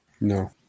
No